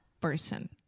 person